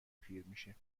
پیرمیشه